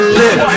live